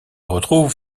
retrouve